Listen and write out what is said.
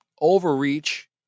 overreach